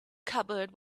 cupboard